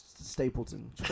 stapleton